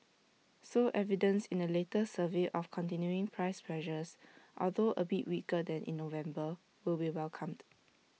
so evidence in the latest survey of continuing price pressures although A bit weaker than in November will be welcomed